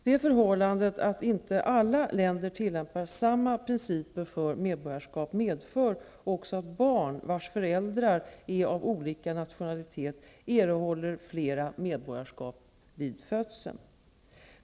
Det förhållandet att inte alla länder tillämpar samma principer för medborgarskap medför också att barn vars föräldrar är av olika nationalitet erhåller flera medborgarskap vid födseln.